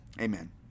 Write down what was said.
Amen